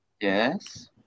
Yes